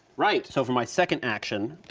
right, so for my second action,